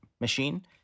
machine